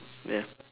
ya